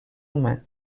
humà